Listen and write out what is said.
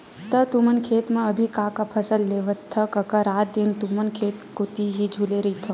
त तुमन खेत म अभी का का फसल लेथव कका रात दिन तुमन ह खेत कोती ही झुले रहिथव?